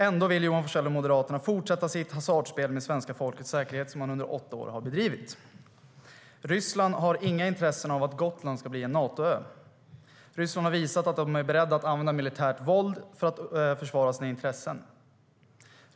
Ändå vill Johan Forssell och Moderaterna fortsätta det hasardspel med svenska folkets säkerhet som man under åtta år har bedrivit. Ryssland har inget intresse av att Gotland ska bli en Nato-ö. Ryssland har visat att man är beredd att använda militärt våld för att försvara sina intressen.